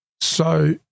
So-